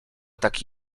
taki